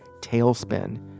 tailspin